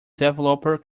developer